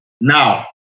now